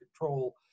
control